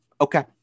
okay